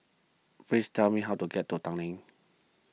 please tell me how to get to Tanglin